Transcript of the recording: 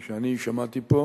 כפי שאני שמעתי פה